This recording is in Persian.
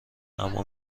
اما